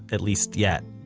at least yet.